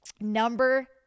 Number